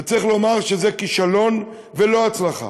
וצריך לומר שזה כישלון ולא הצלחה.